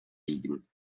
liegen